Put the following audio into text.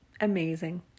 Amazing